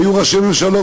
היו ראשי ממשלות,